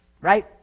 Right